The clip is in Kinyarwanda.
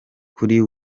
kuri